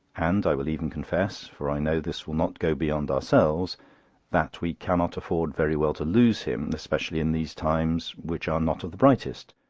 and i will even confess for i know this will not go beyond ourselves that we cannot afford very well to lose him, especially in these times, which are not of the brightest.